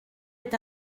est